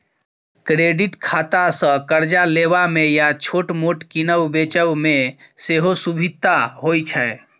credit खातासँ करजा लेबा मे या छोट मोट कीनब बेचब मे सेहो सुभिता होइ छै